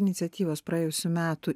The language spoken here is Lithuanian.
iniciatyvos praėjusių metų